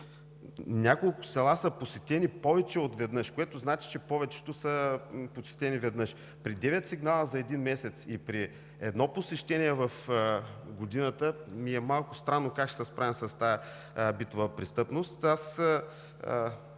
няколко села са посетени повече от веднъж, което значи, че повечето са посетени веднъж. При девет сигнала за един месец и при едно посещение в годината, малко ми е странно как ще се справим с тази битова престъпност.